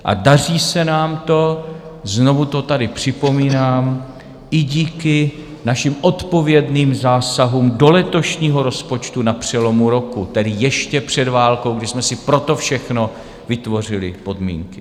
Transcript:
A daří se nám to, znovu to tady připomínám, i díky našim odpovědným zásahům do letošního rozpočtu na přelomu roku, tedy ještě před válkou, kdy jsme si pro to všechno vytvořili podmínky.